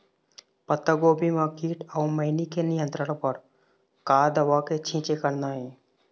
पत्तागोभी म कीट अऊ मैनी के नियंत्रण बर का दवा के छींचे करना ये?